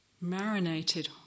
marinated